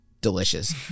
delicious